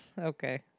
okay